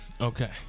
Okay